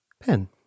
Pen